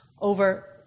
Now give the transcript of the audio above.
over